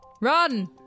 Run